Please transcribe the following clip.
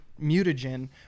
mutagen